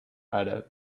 arab